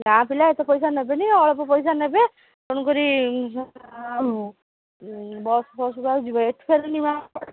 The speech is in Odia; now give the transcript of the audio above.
ଗାଁ ପିଲା ଏତେ ପଇସା ନେବେନି ଅଳପ ପଇସା ନେବେ ତେଣୁକରି ଆଉ ବସଫସରେ ଆଉ ଯିବା ଏଠି ହେଲେ ଯିବା